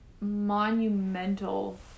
monumental